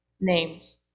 Names